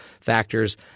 factors